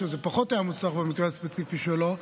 שזה היה פחות מוצלח במקרה הספציפי שלו,